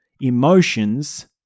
emotions